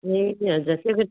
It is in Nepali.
ए हजुर